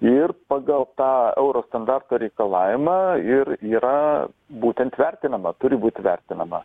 ir pagal tą euro standarto reikalavimą ir yra būtent vertinama turi būti vertinama